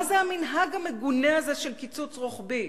מה זה המנהג המגונה הזה של קיצוץ רוחבי?